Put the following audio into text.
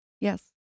yes